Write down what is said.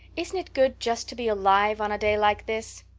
isn't it good just to be alive on a day like this?